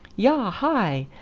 yah, hi!